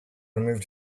removed